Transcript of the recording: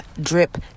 drip